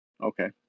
Okay